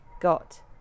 got